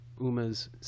Uma's